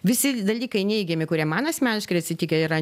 visi dalykai neigiami kurie man asmeniškai yra atsitikę yra